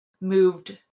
moved